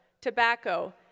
tobacco